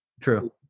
true